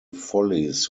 follies